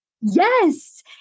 Yes